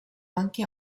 anche